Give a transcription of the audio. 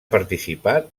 participat